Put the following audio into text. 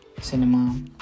cinema